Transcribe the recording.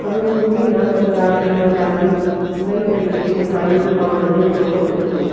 छड़ो सिंधी न पंजाबी बंगाली कई तरीक़े जी मिठायूं बि मां हुननि जे शो खां सिखियूं